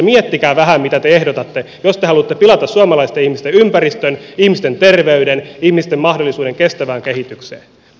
miettikää vähän mitä te ehdotatte jos te haluatte pilata suomalaisten ihmisten ympäristön ihmisten terveyden ihmisten mahdollisuuden kestävään kehitykseen